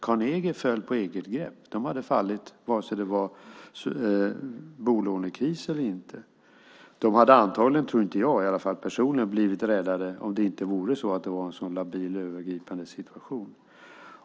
Carnegie föll på eget grepp och hade fallit med eller utan bolånekris. Jag tror personligen att de antagligen inte blivit räddade om det inte varit en så labil övergripande situation.